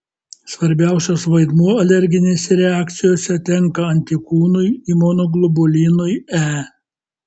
svarbiausias vaidmuo alerginėse reakcijose tenka antikūnui imunoglobulinui e